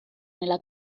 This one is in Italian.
nella